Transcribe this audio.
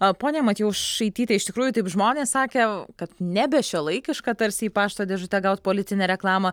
a ponia matjošaityte iš tikrųjų taip žmonės sakė kad nebešiuolaikiška tarsi į pašto dėžutę gaut politinę reklamą